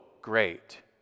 great